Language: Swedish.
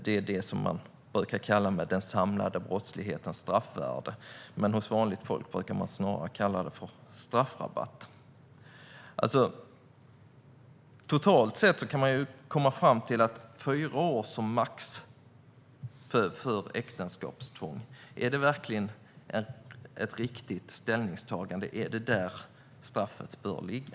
Detta är det man brukar kalla för den samlade brottslighetens straffvärde men som hos vanligt folk snarare brukar kallas straffrabatt. Totalt sett kan man fråga sig om maximalt fyra år för äktenskapstvång är ett riktigt ställningstagande. Är det där straffet bör ligga?